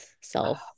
self